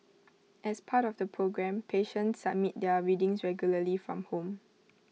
as part of the programme patients submit their readings regularly from home